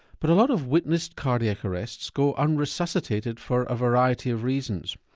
but a lot of witnessed cardiac arrests go unresuscitated for a variety of reasons.